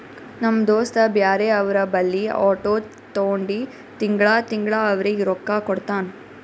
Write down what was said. ನಮ್ ದೋಸ್ತ ಬ್ಯಾರೆ ಅವ್ರ ಬಲ್ಲಿ ಆಟೋ ತೊಂಡಿ ತಿಂಗಳಾ ತಿಂಗಳಾ ಅವ್ರಿಗ್ ರೊಕ್ಕಾ ಕೊಡ್ತಾನ್